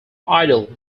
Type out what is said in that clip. idol